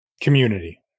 Community